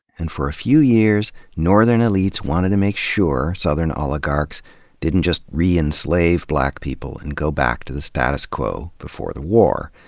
and for a few years, northern elites wanted to make sure southern oligarchs didn't just re-enslave black people and go back to the status quo before the war.